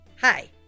Hi